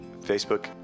Facebook